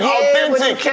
authentic